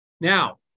Now